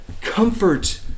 Comfort